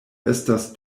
estas